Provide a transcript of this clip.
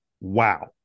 wow